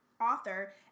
author